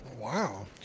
Wow